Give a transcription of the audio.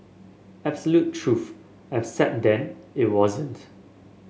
absolute truth except then it wasn't